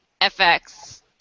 FX